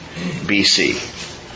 BC